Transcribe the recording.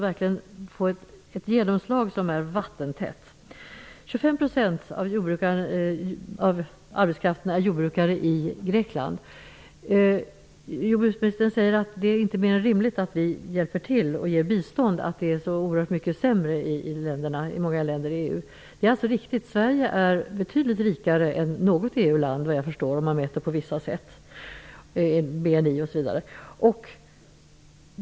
Jordbruksministern berättade att 25 % av arbetskraften i Grekland är jordbrukare och säger att det inte är mer än rimligt att vi hjälper till och ger bistånd, eftersom många länder i EU har det så oerhört mycket sämre. Det är riktigt. Sverige är betydligt rikare än något annat EU-land om man t.ex. mäter BNI. Det finns en ojämlikhet här.